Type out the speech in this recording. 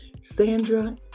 Sandra